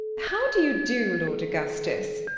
how do you do, lord augustus?